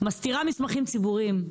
מסתירה מסמכים ציבוריים.